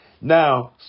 Now